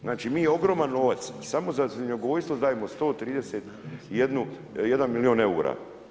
Znači, mi ogroman novac samo za svinjogojstvo dajemo 131 milion eura.